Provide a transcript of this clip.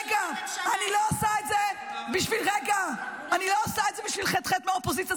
רגע, אני לא עושה את זה בשביל ח"ח מהאופוזיציה.